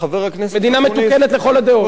חבר הכנסת אקוניס, מדינה מתוקנת לכל הדעות.